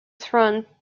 throne